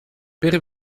per